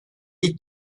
ilk